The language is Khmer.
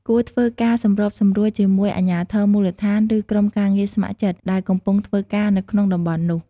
គួរធ្វើការសម្របសម្រួលជាមួយ អាជ្ញាធរមូលដ្ឋាន ឬក្រុមការងារស្ម័គ្រចិត្ត ដែលកំពុងធ្វើការនៅក្នុងតំបន់នោះ។